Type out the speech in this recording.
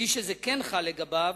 מי שזה כן חל לגביו